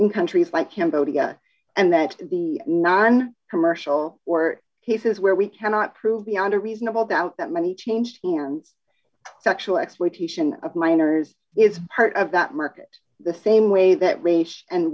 in countries like cambodia and that the non commercial or here's where we cannot prove beyond a reasonable doubt that money changed hands sexual exploitation of minors it's part of that market the fame way that raged and